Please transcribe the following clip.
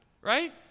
right